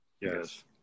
Yes